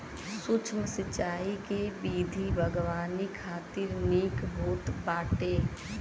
सूक्ष्म सिंचाई के विधि बागवानी खातिर निक होत बाटे